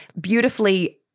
beautifully